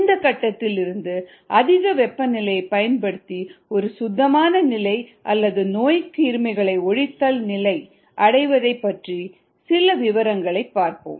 இந்த கட்டத்தில் இருந்து அதிக வெப்பநிலையைப் பயன்படுத்தி ஒரு சுத்தமான நிலை அல்லது நோய்க் கிருமிகளை ஒழித்தல் நிலை அடையப்படுவதைப் பற்றிய சில விவரங்களைப் பார்ப்போம்